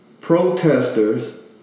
protesters